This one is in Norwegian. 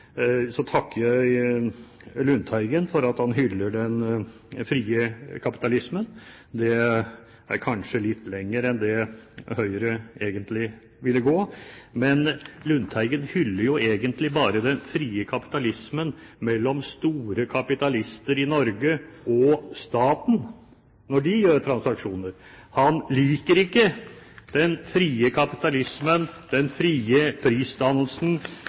Lundteigen for at han hyller den frie kapitalismen – det er kanskje å gå litt lenger enn det Høyre egentlig ville gå. Men Lundteigen hyller jo egentlig bare den frie kapitalismen når store kapitalister i Norge og staten gjør transaksjoner. Han liker ikke den frie kapitalismen, den frie prisdannelsen